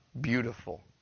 beautiful